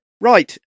Right